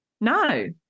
No